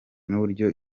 n’uburyo